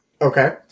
Okay